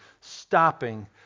Stopping